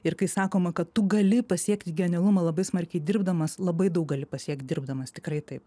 ir kai sakoma kad tu gali pasiekti genialumą labai smarkiai dirbdamas labai daug gali pasiekti dirbdamas tikrai taip